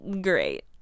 Great